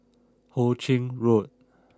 Ho Ching Road